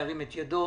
ירים את ידו.